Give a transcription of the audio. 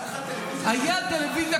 הייתה לך טלוויזיה בשחור-לבן?